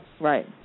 Right